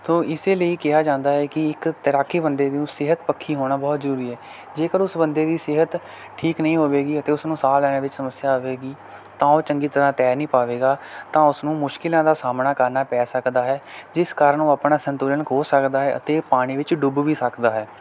ਸੋ ਇਸ ਲਈ ਕਿਹਾ ਜਾਂਦਾ ਹੈ ਕਿ ਇੱਕ ਤੈਰਾਕੀ ਬੰਦੇ ਨੂੰ ਸਿਹਤ ਪੱਖੀ ਹੋਣਾ ਬਹੁਤ ਜ਼ਰੂਰੀ ਹੈ ਜੇਕਰ ਉਸ ਬੰਦੇ ਦੀ ਸਿਹਤ ਠੀਕ ਨਹੀਂ ਹੋਵੇਗੀ ਅਤੇ ਉਸਨੂੰ ਸਾਹ ਲੈਣ ਵਿੱਚ ਸਮੱਸਿਆ ਆਵੇਗੀ ਤਾਂ ਉਹ ਚੰਗੀ ਤਰ੍ਹਾਂ ਤੈਰ ਨਹੀਂ ਪਾਵੇਗਾ ਤਾਂ ਉਸਨੂੰ ਮੁਸ਼ਕਲਾਂ ਦਾ ਸਾਹਮਣਾ ਕਰਨਾ ਪੈ ਸਕਦਾ ਹੈ ਜਿਸ ਕਾਰਨ ਉਹ ਆਪਣਾ ਸੰਤੁਲਨ ਖੋ ਸਕਦਾ ਹੈ ਅਤੇ ਪਾਣੀ ਵਿੱਚ ਡੁੱਬ ਵੀ ਸਕਦਾ ਹੈ